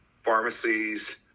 pharmacies